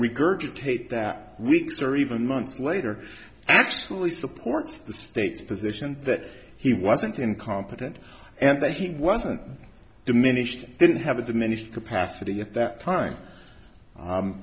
regurgitate that weeks or even months later absolutely supports the state's position that he wasn't incompetent and that he wasn't diminished didn't have a diminished capacity at that time